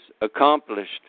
accomplished